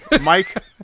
Mike